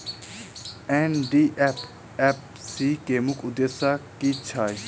NDFSC केँ मुख्य उद्देश्य की छैक?